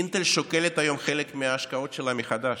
אינטל שוקלת היום חלק מההשקעות שלה מחדש.